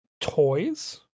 toys